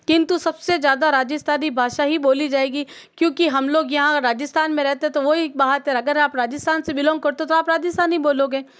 किंतु सबसे ज़्यादा राजस्थानी भाषा ही बोली जाएगी क्योंकि हम लोग यहाँ राजस्थान में रहते तो वही बात है अगर आप राजिस्थान से बिलॉन्ग करते तो आप राजस्थानी बोलोगे